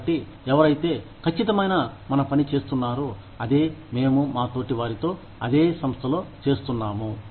కాబట్టి ఎవరైతే కచ్చితమైన మన పని చేస్తున్నారో అదే మేము మా తోటి వారితో అదే సంస్థలో చేస్తున్నాము